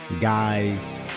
guys